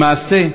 למעשה,